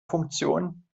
funktion